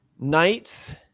knights